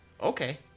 okay